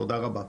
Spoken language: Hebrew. תודה רבה.